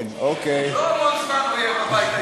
לא המון זמן הוא יהיה בבית היהודי.